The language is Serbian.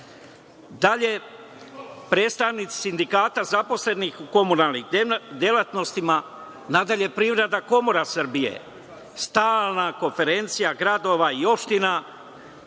predstavnici sindikata zaposlenih u komunalnim delatnostima, Privredna komora Srbije, Stalna konferencija gradova i opština